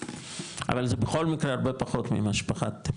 אבל זה בכל מקרה הרבה פחות ממה שפחדתם,